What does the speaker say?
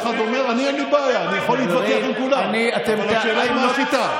אנחנו גם יודעים את מי אתם מייעדים לעמוד בראש ועדת החוקה.